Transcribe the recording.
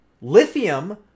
Lithium